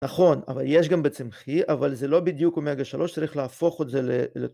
נכון, אבל יש גם בצמחי, אבל זה לא בדיוק אומגה שלוש שצריך להפוך את זה